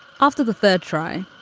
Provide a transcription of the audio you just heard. after the third try,